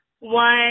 one